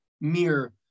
mere